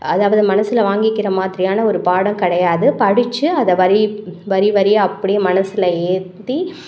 அதாவது மனசில் வாங்கிக்கிற மாதிரியான ஒரு பாடம் கிடையாது படித்து அதை வரி வரி வரியாக அப்படியே மனசில் ஏற்றி